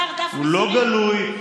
הוא לא גלוי,